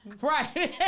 Right